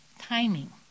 timing